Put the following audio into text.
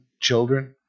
children